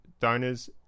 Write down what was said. donors